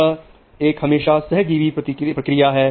यह एक हमेशा सहजीवी प्रक्रिया है